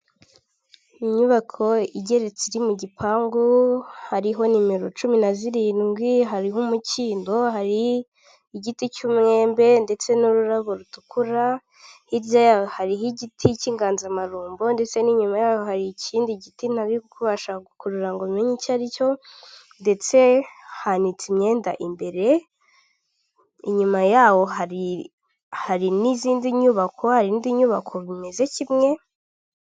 Inyubako igeretse iri mu gipangu hariho nimero cumi na zirindwi hariho umukindo hari igiti cy'umwembe ndetse n'ururabo rutukura hirya ya hariho igiti cy'inganzamarumbo ndetse n'inyuma yaho hari ikindi giti nari biri kubasha gukurura ngo menye icyo aricyo ndetse hanitse imyenda imbere inyuma yaho hari n'izindi nyubako harindi nyubako bimeze kimwe.